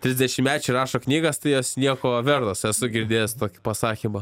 trisdešimtmečiai rašo knygas tai jos nieko vertos esu girdėjęs tokį pasakymą